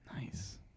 Nice